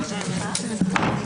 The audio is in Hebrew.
ננעלה בשעה 13:00.